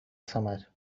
summer